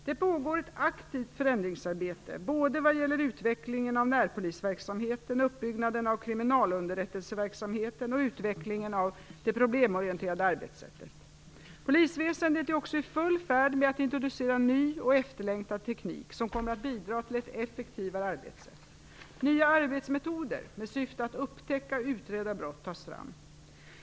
Det pågår ett aktivt förändringsarbete både vad gäller utvecklingen av närpolisverksamheten, uppbyggnaden av kriminalunderrättelseverksamheten och utvecklingen av det problemorienterade arbetssättet. Polisväsendet är också i full färd med att introducera ny och efterlängtad teknik som kommer att bidra till ett effektivare arbetssätt. Nya arbetsmetoder med syfte att upptäcka och utreda brott tas fram.